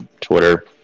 Twitter